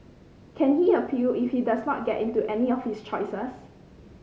can he appeal if he does not get into any of his choices